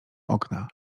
okna